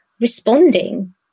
responding